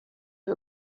you